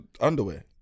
underwear